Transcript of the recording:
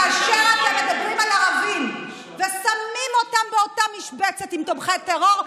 כאשר אתם מדברים על ערבים ושמים אותם באותה משבצת עם תומכי טרור,